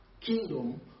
Kingdom